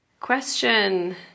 question